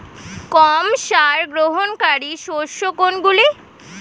কম সার গ্রহণকারী শস্য কোনগুলি?